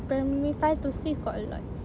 primary five to six got a lot